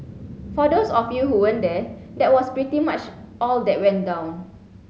for those of you who weren't there that was pretty much all that went down